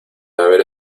haber